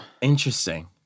Interesting